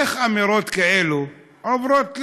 איך אמירות כאלה עוברות,